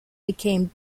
became